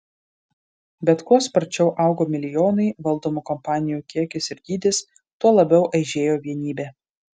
bet kuo sparčiau augo milijonai valdomų kompanijų kiekis ir dydis tuo labiau aižėjo vienybė